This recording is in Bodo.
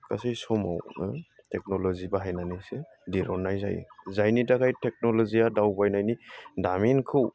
गासै समावनो टेकन'ल'जि बाहायनानैसो दिरुननाय जायो जायनि थाखाय टेकन'ल'जिया दावबायनायनि दामिनखौ